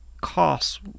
costs